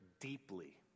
deeply